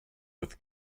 with